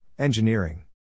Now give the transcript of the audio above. Engineering